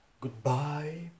Goodbye